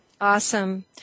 Awesome